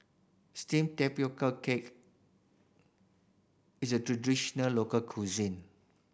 steamed tapioca cake is a traditional local cuisine